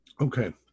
Okay